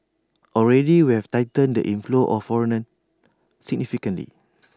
already we have tightened the inflows of foreigners significantly